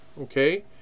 okay